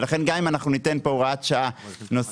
ולכן גם אם אנחנו ניתן פה הוראת שעה נוספת,